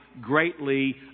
greatly